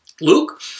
Luke